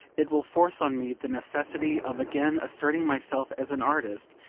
it will force on me the necessity of again asserting myself as an artist,